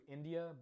India